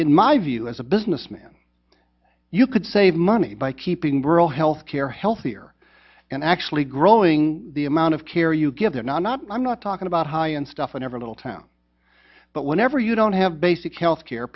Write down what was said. in my view as a business man you could save money by keeping rural health care healthier and actually growing the amount of care you get there not i'm not talking about high end stuff in every little town but whenever you don't have basic health care